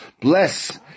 bless